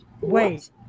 Wait